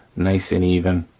nice and even,